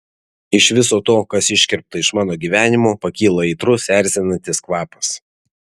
iš viso to kas iškirpta iš mano gyvenimo pakyla aitrus erzinantis kvapas